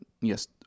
yes